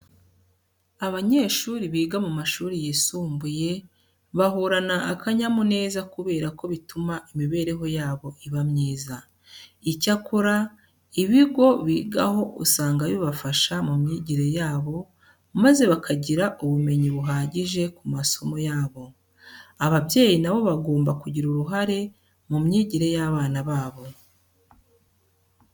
Abanyeshuri biga mu mashuri yisumbuye, bahorana akanyamuneza kubera ko bituma imibereho yabo iba myiza. Icyakora, ibigo bigaho usanga bibafasha mu myigire yabo maze bakagira ubumenyi buhagije ku masomo yabo. Ababyeyi na bo bagomba kugira ururahe mu myigire y'abana babo.